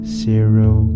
zero